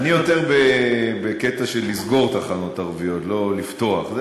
אני יותר בקטע של לסגור תחנות ערביות, לא לפתוח.